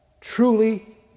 Truly